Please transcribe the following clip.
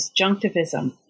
disjunctivism